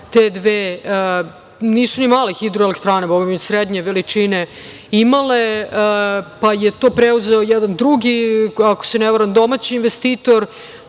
te dve, nisu ni male hidroelektrane, bogami, srednje veličine, imale, pa je to preuzeo jedan drugi, ako se ne varam, domaći investitor.